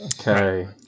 Okay